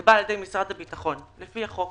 נקבע על ידי משרד הביטחון לפי החוק